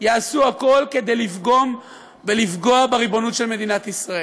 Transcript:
יעשו הכול כדי לפגום ולפגוע בריבונות של מדינת ישראל.